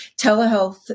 telehealth